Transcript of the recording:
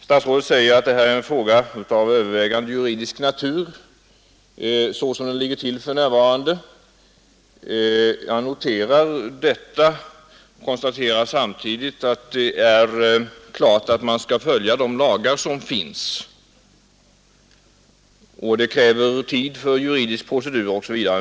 Statsrådet säger att det här, som saken för närvarande ligger till, är en fråga av övervägande juridisk natur. Jag noterar detta. Det är klart att man skall följa de lagar som finns och att det krävs tid för juridiska procedurer osv.